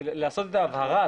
לעשות את ההבהרה הזאת.